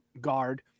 guard